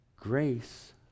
Grace